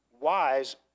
wise